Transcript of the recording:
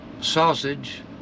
sausage